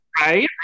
right